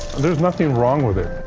there's nothing wrong with it.